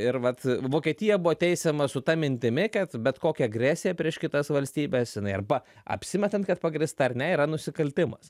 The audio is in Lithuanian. ir vat vokietija buvo teisiama su ta mintimi kad bet kokią agresiją prieš kitas valstybes jinai arba apsimetant kad pagrįsta ar ne yra nusikaltimas